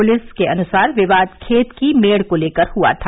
police के अनुसार विवाद खेत की मेड़ को लेकर हुआ था